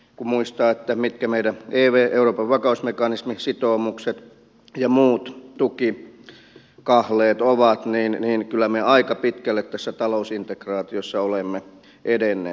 kun muistaa mitkä meidän euroopan vakausmekanismisitoumukset ja muut tukikahleet ovat niin kyllä me aika pitkälle tässä talousintegraatiossa olemme edenneet